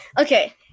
Okay